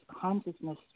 consciousness